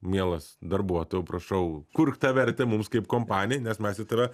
mielas darbuotojau prašau kurk tą vertę mums kaip kompanijai nes mes į tave